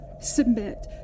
submit